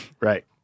Right